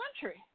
country